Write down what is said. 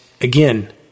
again